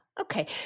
Okay